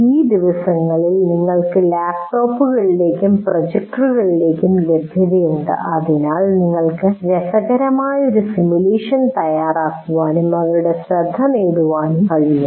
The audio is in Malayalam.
ഈ ദിവസങ്ങളിൽ നിങ്ങൾക്ക് ലാപ്ടോപ്പുകളിലേക്കും പ്രൊജക്ടറുകളിലേക്കും ലഭൃത ഉണ്ട് അതിനാൽ നിങ്ങൾക്ക് രസകരമായ ഒരു സിമുലേഷൻ തയ്യാറാക്കാനും അവരുടെ ശ്രദ്ധ നേടാനും കഴിയും